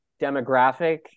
demographic